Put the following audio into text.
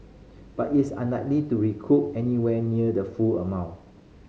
but it's unlikely to recoup anywhere near the full amount